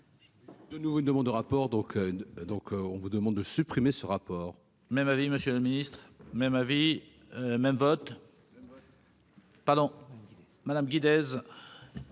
De nouveaux demande de rapport donc donc on vous demande de supprimer ce rapport. Même avis, Monsieur le Ministre, même avis même vote. Le. Pardon madame Guy